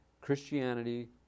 Christianity